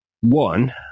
one